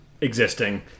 existing